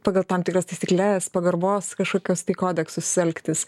pagal tam tikras taisykles pagarbos kažkokios tai kodeksus elgtis